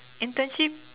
internship